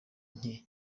nke